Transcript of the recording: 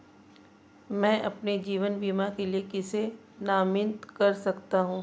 मैं अपने जीवन बीमा के लिए किसे नामित कर सकता हूं?